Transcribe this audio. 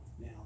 Now